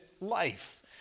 life